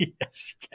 Yes